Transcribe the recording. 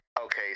Okay